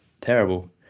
terrible